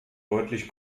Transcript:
deutlich